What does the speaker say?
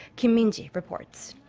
kim min-ji reports.